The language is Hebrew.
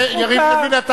חבר הכנסת יריב לוין,